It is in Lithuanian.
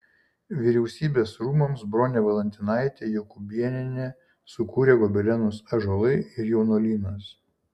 vyriausybės rūmams bronė valantinaitė jokūbonienė sukūrė gobelenus ąžuolai ir jaunuolynas